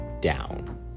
down